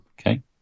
Okay